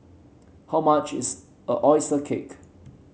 how much is oyster cake